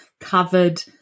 covered